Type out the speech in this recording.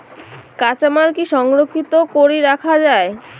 কাঁচামাল কি সংরক্ষিত করি রাখা যায়?